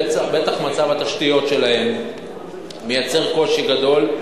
בוודאי מצב התשתיות שלהן מייצר קושי גדול,